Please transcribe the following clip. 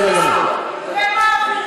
ומעבירים,